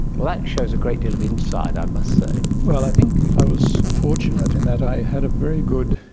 well, that shows a great deal of insight, i must say. well, i think i was fortunate in that i had a very good,